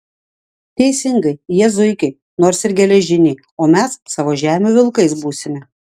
teisingai jie zuikiai nors ir geležiniai o mes savo žemių vilkais būsime